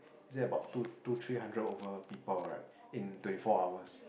he said about two two three hundred over people right in twenty four hours